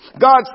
God